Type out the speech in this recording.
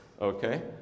okay